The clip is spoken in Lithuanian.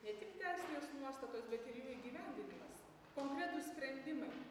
ne tik teisinės nuostatos bet ir jų įgyvendinimas konkretūs sprendimai